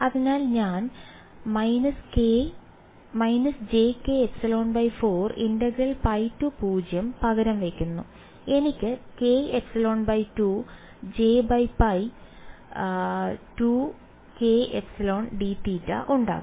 അതിനാൽ ഞാൻ പകരം വയ്ക്കുന്നു എനിക്ക് kε2 jπ 2kεdθ ഉണ്ടാകും